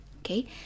Okay